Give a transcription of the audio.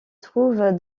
trouve